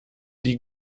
die